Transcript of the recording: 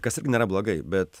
kas irgi nėra blogai bet